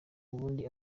ubundi